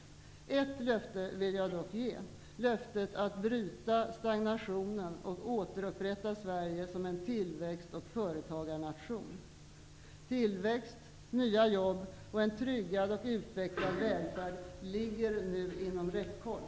Ett löfte vill jag dock ge: löftet att bryta stagnationen och återupprätta Sverige som en tillväxt och företagarnation. Tillväxt, nya jobb och en tryggad och utvecklad välfärd ligger nu inom räckhåll.